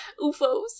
ufos